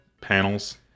panels